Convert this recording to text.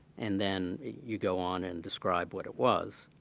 and then you go on and describe what it was,